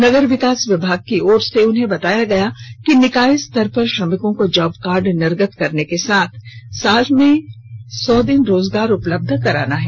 नगर विकास विभाग की ओर से उन्हें बताया गया कि निकाय स्तर पर श्रमिकों को जॉब कार्ड निर्गत करने के साथ उन्हें साल में सौ दिन रोजगार उपलब्ध कराना है